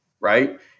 right